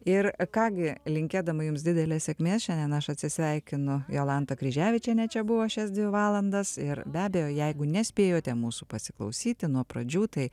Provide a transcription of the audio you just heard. ir ką gi linkėdama jums didelės sėkmės šiandien aš atsisveikinu jolanta kryževičienė čia buvo šias dvi valandas ir be abejo jeigu nespėjote mūsų pasiklausyti nuo pradžių tai